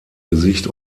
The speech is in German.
gesicht